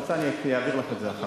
את רוצה, אני אעביר לך את זה אחר כך.